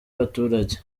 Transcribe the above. baturage